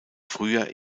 früher